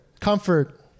Comfort